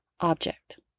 object